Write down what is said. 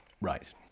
Right